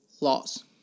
laws